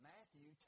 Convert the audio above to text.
Matthew